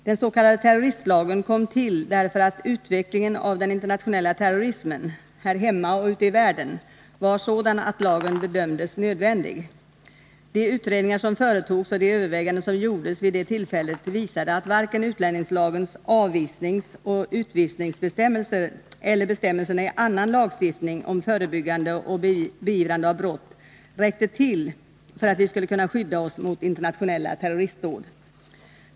Den s.k. terroristlagen kom till därför att utvecklingen av den internationella terrorismen — här hemma och ute i världen — var sådan att lagen bedömdes nödvändig. De utredningar som företogs och de överväganden som gjordes vid det tillfället visade, att varken utlänningslagens avvisningsoch utvisningsbestämmelser eller bestämmelserna i annan lagstiftning om förebyggande och beivrande av brott räckte för att vi skulle kunna skydda oss mot internationella terroristdåd.